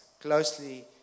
closely